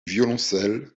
violoncelle